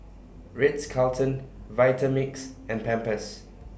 Ritz Carlton Vitamix and Pampers